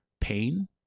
pain